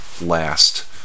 last